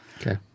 Okay